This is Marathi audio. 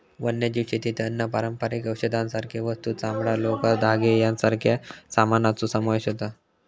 वन्यजीव शेतीत अन्न, पारंपारिक औषधांसारखे वस्तू, चामडां, लोकर, धागे यांच्यासारख्या सामानाचो समावेश होता